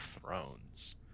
Thrones